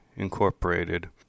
Incorporated